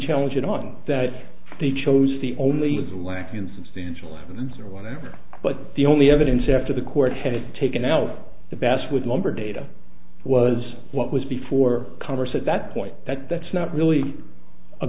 challenge it on that they chose the only was a lack in substantial evidence or whatever but the only evidence after the court had it taken else the basswood number data was what was before congress at that point that that's not really a